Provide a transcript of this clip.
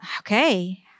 okay